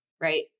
right